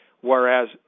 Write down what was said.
Whereas